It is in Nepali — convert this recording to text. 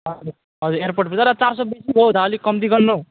हजुर हजुर एयरपोर्ट पुगेर चार सौ बेसी भयो त अलिक कम्ती गर्नु न हौ